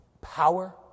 power